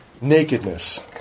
nakedness